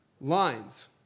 lines